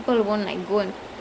oh okay